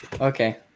Okay